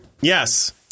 Yes